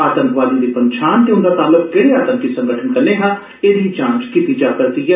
आतंकवादियें दी पंछान ते उन्दा तालुक केहड़े आतंकवादी संगठन कन्नै हा एहदी जांच कीती जा करदी ऐ